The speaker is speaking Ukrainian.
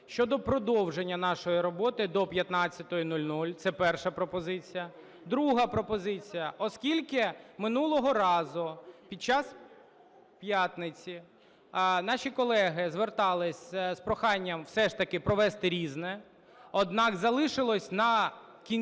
щодо продовження нашої роботи до 15:00. Це перша пропозиція. Друга пропозиція. Оскільки минулого разу під час п'ятниці наші колеги зверталися з проханням все ж таки провести "Різне", однак залишилось на кінець